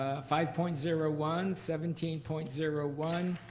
ah five point zero one, seventeen point zero one,